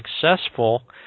successful